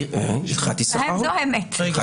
זו האמת.